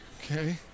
okay